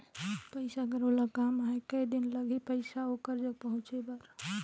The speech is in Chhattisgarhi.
पइसा कर ओला काम आहे कये दिन लगही पइसा ओकर जग पहुंचे बर?